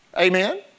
Amen